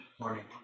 Morning